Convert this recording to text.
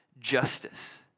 justice